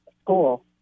school